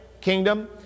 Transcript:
kingdom